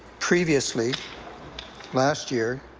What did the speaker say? previously last year